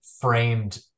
framed